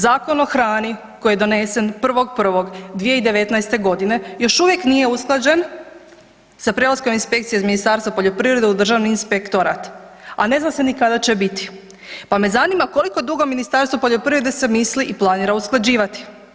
Zakon o hrani koji je donesen 1. 1. 2019. g. još uvijek nije usklađen sa prelaskom inspekcije iz Ministarstvo poljoprivrede u Državni inspektorat a ne zna se ni kada će biti pa me zanima koliko dugo Ministarstvo poljoprivrede se misli i planira usklađivati?